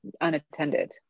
unattended